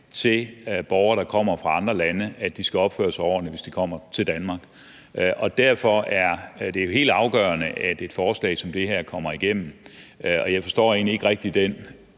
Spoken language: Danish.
til borgere, der kommer fra andre lande, om, at de skal opføre sig ordentligt, hvis de kommer til Danmark. Derfor er det jo helt afgørende, at et forslag som det her kommer igennem, og jeg forstår egentlig ikke rigtig den